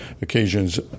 occasions